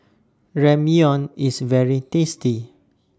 Ramyeon IS very tasty